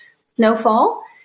snowfall